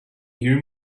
hear